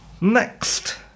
Next